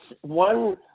one